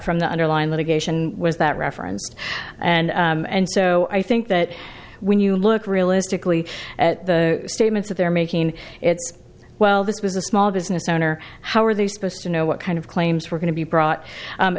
from the underlying litigation was that referenced and and so i think that when you look realistically at the statements that they're making it's well this was a small business owner how are they supposed to know what kind of claims were going to be brought